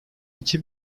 iki